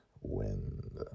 wind